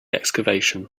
excavation